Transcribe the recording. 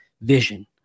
vision